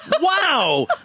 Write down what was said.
Wow